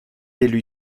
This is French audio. élu